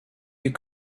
you